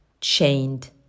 chained